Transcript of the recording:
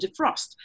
defrost